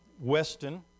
Weston